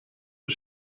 was